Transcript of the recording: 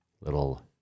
Little